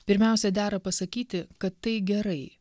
pirmiausia dera pasakyti kad tai gerai